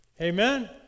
Amen